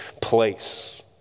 place